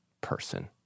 person